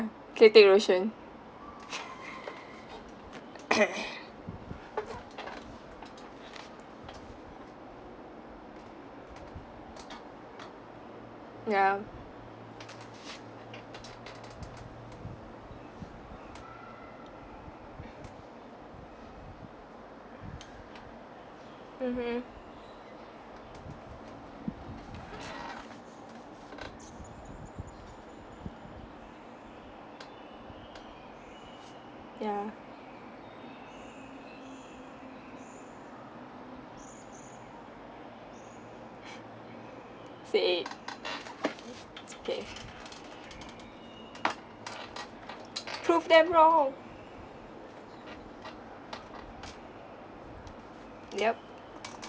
ya mmhmm ya say it it's okay prove them wrong yup